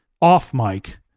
off-mic